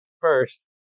first